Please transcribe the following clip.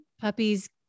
puppies